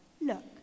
Look